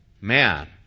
man